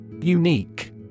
Unique